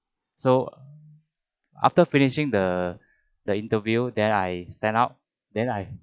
so after finishing the the interview then I stand up then I